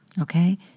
Okay